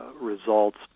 results